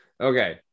okay